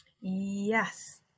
Yes